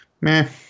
meh